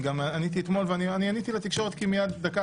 עניתי אתמול ואני עניתי לתקשורת כי דקה